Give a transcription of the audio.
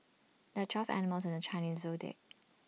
there are twelve animals in the Chinese Zodiac